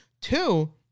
Two